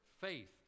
faith